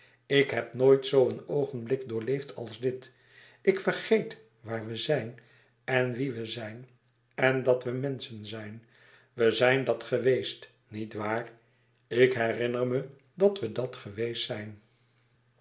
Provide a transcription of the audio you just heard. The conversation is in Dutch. ik heb nooit zoo een oogenblik doorleefd als dit ik vergeet waar we zijn en wie we zijn en dat we menschen zijn we zijn dat geweest niet waar ik herinner me dat we dat geweest zijn